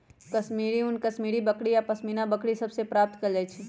कश्मीरी ऊन कश्मीरी बकरि आऽ पशमीना बकरि सभ से प्राप्त कएल जाइ छइ